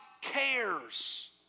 cares